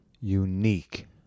Unique